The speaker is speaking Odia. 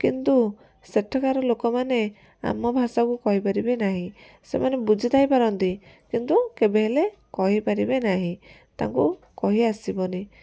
କିନ୍ତୁ ସେଠାକାର ଲୋକମାନେ ଆମ ଭାଷାକୁ କହିପାରିବେ ନାହିଁ ସେମାନେ ବୁଝିଥାଇପାରନ୍ତି କିନ୍ତୁ କେବେ ହେଲେ କହିପାରିବେ ନାହିଁ ତାଙ୍କୁ କହି ଆସିବନି